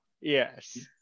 Yes